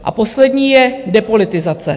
A poslední je depolitizace.